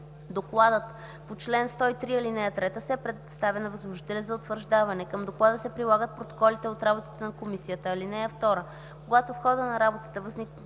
Докладът по чл. 103, ал. 3 се представя на възложителя за утвърждаване. Към доклада се прилагат протоколите от работата на комисията. (2) Когато в хода на работата възникнат